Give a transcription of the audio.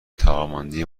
توانمندی